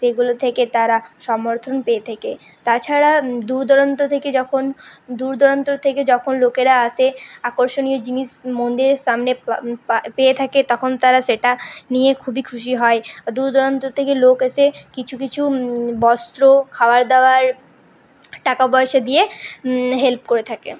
সেগুলো থেকে তারা সমর্থন পেয়ে থাকে তাছাড়া দূর দূরান্ত থেকে যখন দূর দূরান্ত থেকে যখন লোকেরা আসে আকর্ষণীয় জিনিস মন্দিরের সামনে পেয়ে থাকে তখন তারা সেটা নিয়ে খুবই খুশি হয় দূর দূরান্ত থেকে লোক এসে কিছু কিছু বস্ত্র খাবার দাবার টাকা পয়সা দিয়ে হেল্প করে থাকে